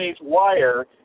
wire